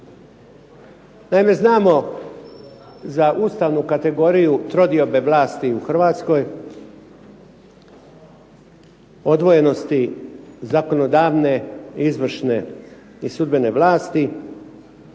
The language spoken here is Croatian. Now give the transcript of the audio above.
Naime, znamo za ustavnu kategoriju trodiobe vlasti u Hrvatskoj, odvojenosti zakonodavne i izvršne i sudbene vlasti.